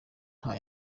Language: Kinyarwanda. nta